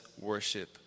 worship